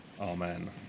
Amen